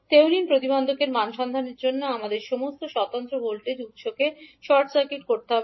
Thevenin প্রতিবন্ধের মান সন্ধানের জন্য আমাদের সমস্ত স্বতন্ত্র ভোল্টেজ উত্সকে শর্ট সার্কিট করতে হবে